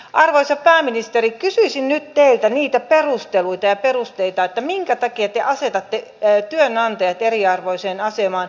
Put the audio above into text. arvoisa pääministeri kysyisin nyt teiltä niitä perusteluita ja perusteita minkä takia te asetatte työnantajat eriarvoiseen asemaan